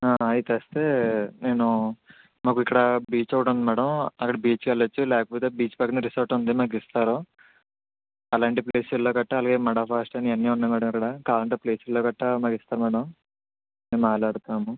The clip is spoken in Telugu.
అయి తెస్తే నేను మాకు ఇక్కడ బీచ్ ఒకటి ఉంది మేడం అక్కడ బీచ్కి వెళ్ళవచ్చు లేకపోతే బీచ్ పక్కనే రిసార్ట్ ఉంది మాకు ఇస్తారు అలాంటి ప్లేసుల్లో కట్టా అలాగే మడ ఫారెస్ట్ అని ఇయన్నీ ఉన్నాయి మేడం ఇక్కడ కావాలంటే ప్లేసుల్లో కట్టా మాకు ఇస్తారు మేడం మేము మాట్లాడతాము